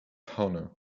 honour